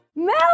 Mel